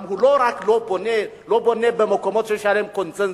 לא רק לא בונה במקומות שיש עליהם קונסנזוס.